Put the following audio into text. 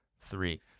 three